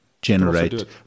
generate